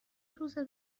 روزه